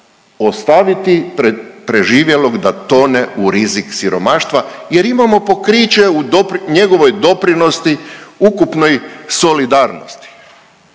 ostaviti preživjelog da tone u rizik siromaštva jer imamo pokriće u njegovoj doprinosti ukupnoj solidarnosti.